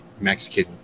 Mexican